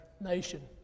nation